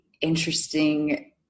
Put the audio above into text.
interesting